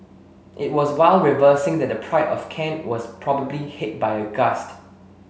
it was while reversing that the Pride of Kent was probably hit by a gust